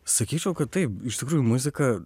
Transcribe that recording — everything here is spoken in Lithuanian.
sakyčiau kad taip iš tikrųjų muzika